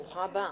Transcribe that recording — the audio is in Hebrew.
ברוכה הבאה.